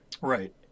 Right